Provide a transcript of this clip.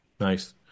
Nice